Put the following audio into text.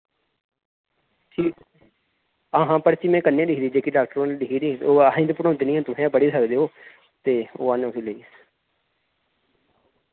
ठीक हां हां पर्ची मैं कन्नै लिखी दी जेह्की डाक्टर होरैं लिखी दी ओ असें ते पढ़ोंदी नि ऐ तुस गै पढ़ी सकदे ओह् ते ओह् औना फ्ही लेइयै